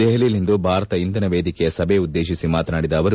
ದೆಹಲಿಯಲ್ಲಿಂದು ಭಾರತ ಇಂಧನ ವೇದಿಕೆಯ ಸಭೆ ಉದ್ದೇಶಿಸಿ ಮಾತನಾಡಿದ ಅವರು